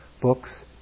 books